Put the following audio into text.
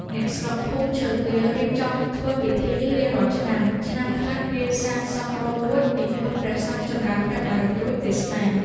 អ្នកស្រុក ភូមិឈើទាល រៀបចំធ្វើពិធីនេះរៀងរាល់ឆ្នាំ ឆ្នាំខ្លះគេសាងសងរោងរួច និមន្តព្រះសង្ឃចំរើនព្រះបរិត្ត រួច ទេសនា ។